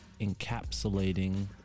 encapsulating